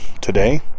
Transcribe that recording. today